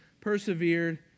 persevered